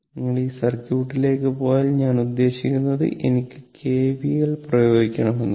നിങ്ങൾ ഈ സർക്യൂട്ടിലേക്ക് പോയാൽ ഞാൻ ഉദ്ദേശിക്കുന്നത് എനിക്ക് KVLകെവിഎൽ പ്രയോഗിക്കണമെന്നാണ്